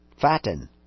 Fatten